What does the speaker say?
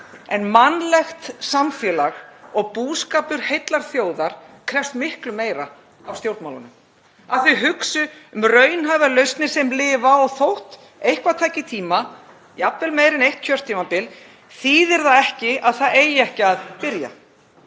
En mannlegt samfélag og búskapur heillar þjóðar krefst miklu meira af stjórnmálunum, að þau hugsi um raunhæfar lausnir sem lifa. Þótt eitthvað taki tíma, jafnvel meira en eitt kjörtímabil, þýðir það ekki að það eigi ekki að byrja.